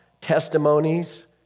testimonies